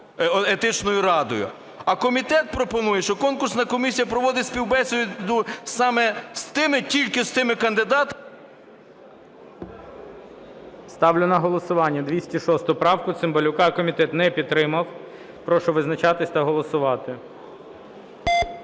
Етичною радою. А комітет пропонує, що конкурсна комісія проводить співбесіду саме з тими і тільки з тими кандидатами… ГОЛОВУЮЧИЙ. Ставлю на голосування 206 правку Цимбалюка. Комітетом не підтримана. Прошу визначатись та голосувати.